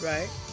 Right